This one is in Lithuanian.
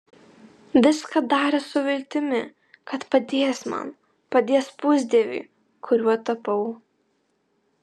viską darė su viltimi kad padės man padės pusdieviui kuriuo tapau